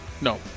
No